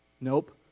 Nope